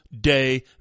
day